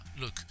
look